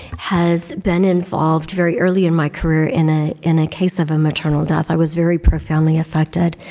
has been involved very early in my career in ah in a case of a maternal death, i was very profoundly affected.